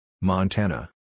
Montana